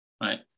Right